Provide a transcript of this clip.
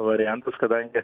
variantas kadangi